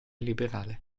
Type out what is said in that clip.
liberale